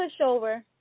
pushover